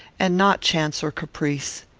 and not chance or caprice.